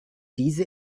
diese